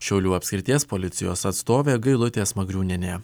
šiaulių apskrities policijos atstovė gailutė smagriūnienė